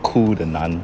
cool 的男